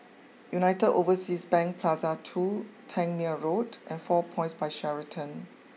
United Overseas Bank Plaza two Tangmere Road and four Points by Sheraton